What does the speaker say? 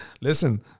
listen